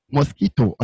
Mosquito